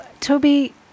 Toby